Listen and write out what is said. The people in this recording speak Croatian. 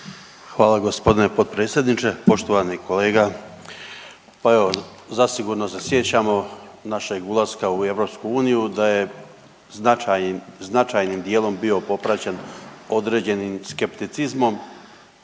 Hvala g. potpredsjedniče, poštovani kolega. Pa evo, zasigurno se sjećamo našeg ulaska u EU, da je značajnim dijelom bio popraćen određenim skepticizmom,